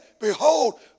Behold